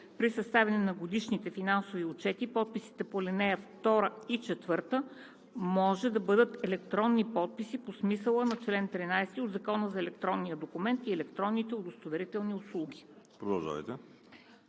При съставяне на годишните финансови отчети подписите по ал. 2 и 4 може да бъдат електронни подписи по смисъла на чл. 13 от Закона за електронния документ и електронните удостоверителни услуги“.“ Предложение